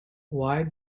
why